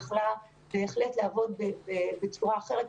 היא יכלה בהחלט לעבוד בצורה אחרת,